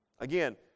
Again